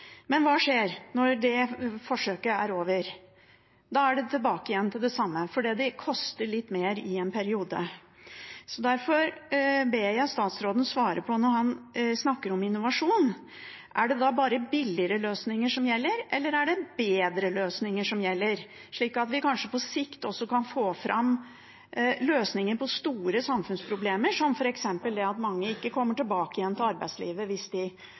Men hva skjer når det forsøket er over? Da er det tilbake igjen til det samme, fordi det koster litt mer i en periode. Derfor ber jeg statsråden svare på: Når han snakker om innovasjon, er det da bare billigere løsninger som gjelder? Eller er det bedre løsninger som gjelder, slik at vi på sikt kanskje også kan få fram løsninger på store samfunnsproblemer, som f.eks. at mange ikke kommer tilbake igjen til arbeidslivet hvis de